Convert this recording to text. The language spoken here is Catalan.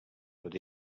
tot